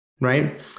right